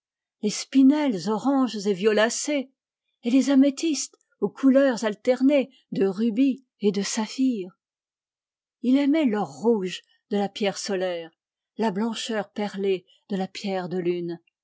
les spi nelles oranges et violacées et les améthystes aux couches alternées de rubis et de saphir il aimait l'or rouge de la pierre solaire la blancheur perlée de la pierre de lune